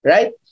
Right